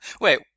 Wait